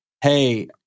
hey